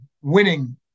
winning